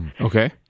Okay